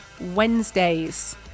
Wednesdays